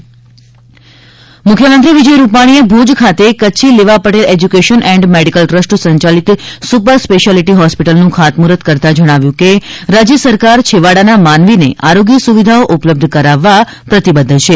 મુખ્યમંત્રી આરોગ્ય મુખ્યમંત્રી વિજય રૂપાણીએ ભૂજ ખાતે Kutchi Leva Patel education and medical trust સંચાલિત સુપર સ્પેશિયાલિટી હોસ્પિટલનું ખાતમુર્ફત કરતાં જણાવ્યું છે કે રાજ્ય સરકાર છેવાડાના માનવીને આરોગ્ય સુવિધાઓ ઉપલબ્ધ કરાવવા પ્રતિબધ્ધ છે